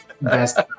Best